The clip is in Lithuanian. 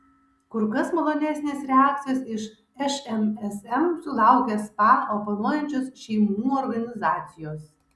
kur kas malonesnės reakcijos iš šmsm sulaukė spa oponuojančios šeimų organizacijos